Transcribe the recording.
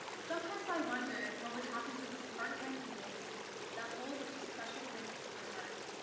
sometimes i wonder what would happen to this part of my community that holds such a special place in my heart.